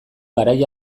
garai